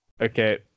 okay